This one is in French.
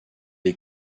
est